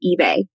eBay